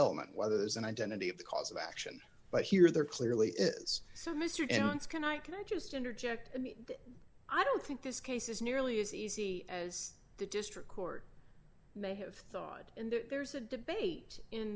element whether d there's an identity of the cause of action but here there clearly d is so mr jones can i can i just interject i mean i don't think this case is nearly as easy as the district court may have thought and there's a debate in